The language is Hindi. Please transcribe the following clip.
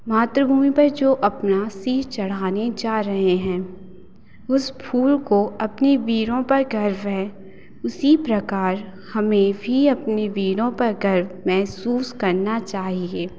मातृभूमि पर जो अपना शीष चढ़ाने जा रहे हैं उस फूल को अपनी वीरों पर गर्व है उसी प्रकार हमें भी अपनी वीरों पर गर्व महसूस करना चाहिए